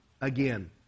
again